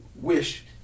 wish